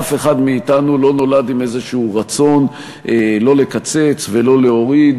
אף אחד מאתנו לא נולד עם איזשהו רצון לא לקצץ ולא להוריד,